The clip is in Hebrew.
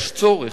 יש צורך,